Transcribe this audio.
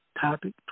Topic